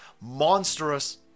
monstrous